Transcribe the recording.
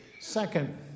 Second